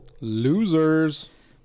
Losers